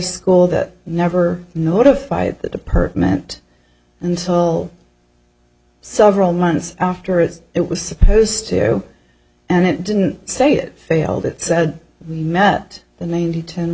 school that never notified the department and soul several months after it it was supposed to and it didn't say it failed it said we met the ninety ten